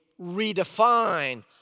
redefine